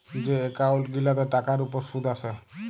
যে এক্কাউল্ট গিলাতে টাকার উপর সুদ আসে